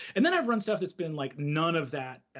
and then i've run stuff that's been like none of that,